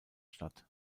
statt